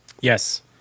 Yes